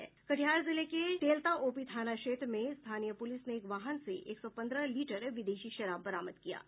कटिहार जिले के तेलता ओपी थाना क्षेत्र में स्थानीय पुलिस ने एक वाहन से एक सौ पन्द्रह लीटर विदेशी शराब बरामद किया है